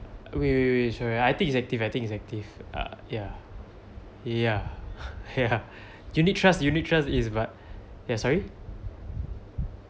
wait wait wait sorry I think it's active I think it's active ah ya ya ya unit trust unit trust is but ya sorry